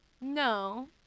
no